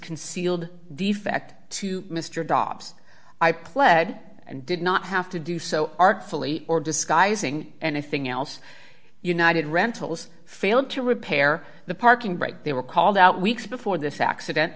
concealed defect to mr dobbs i pled and did not have to do so artfully or disguising anything else united rentals failed to repair the parking brake they were called out weeks before this accident